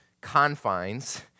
confines